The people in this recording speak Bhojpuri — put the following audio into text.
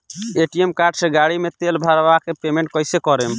ए.टी.एम कार्ड से गाड़ी मे तेल भरवा के पेमेंट कैसे करेम?